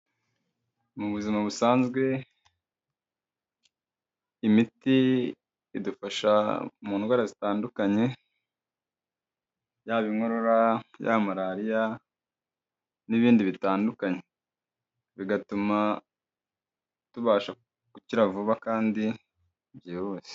Mu buzima busanzwe imiti idufasha mu ndwara zitandukanye, yaba inkorora, yaba malariya n'ibindi bitandukanye, bigatuma tubasha gukira vuba kandi byihuse.